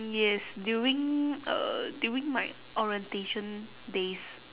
yes during uh during my orientation days